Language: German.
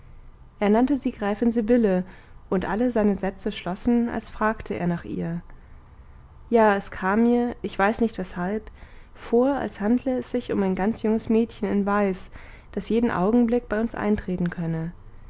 er nannte sie gräfin sibylle und alle seine sätze schlossen als fragte er nach ihr ja es kam mir ich weiß nicht weshalb vor als handle es sich um ein ganz junges mädchen in weiß das jeden augenblick bei uns eintreten könne